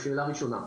שאלה ראשונה,